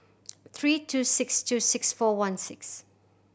three two six two six four one six